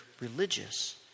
religious